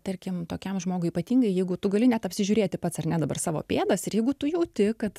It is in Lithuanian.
tarkim tokiam žmogui ypatingai jeigu tu gali net apsižiūrėti pats ar ne dabar savo pėdas ir jeigu tu jauti kad